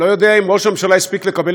אני לא יודע אם ראש הממשלה הספיק לקבל